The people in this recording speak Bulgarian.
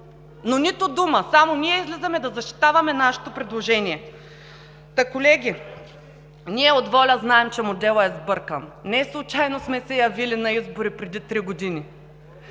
Но нито дума! Само ние излизаме да защитаваме нашето предложение. Колеги, ние от ВОЛЯ знаем, че моделът е сбъркан. Неслучайно сме се явили на избори преди три години